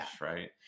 right